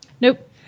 Nope